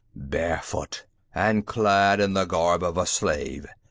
barefoot and clad in the garb of a slave,